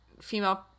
female